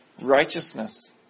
righteousness